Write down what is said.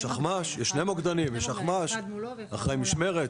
יש אחמ"ש, יש שני מוקדנים, יש אחמ"ש, אחראי משמרת.